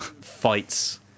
fights